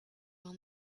will